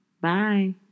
Bye